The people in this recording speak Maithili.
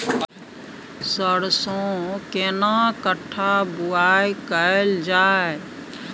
सरसो केना कट्ठा बुआई कैल जाय?